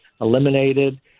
eliminated